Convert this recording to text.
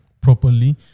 properly